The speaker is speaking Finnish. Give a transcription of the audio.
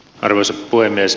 arvoisa puhemies